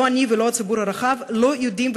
לא אני ולא הציבור הרחב יודעים,